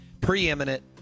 preeminent